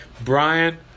Brian